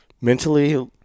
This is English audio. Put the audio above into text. Mentally